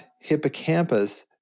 hippocampus